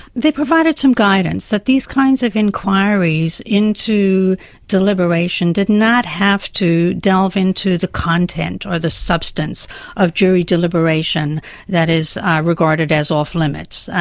they provided some guidance, that these kinds of enquiries into deliberation did not have to delve into the content or the substance of jury deliberation that is regarded as off-limits,